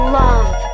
love